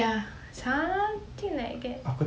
ya something like that